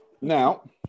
Now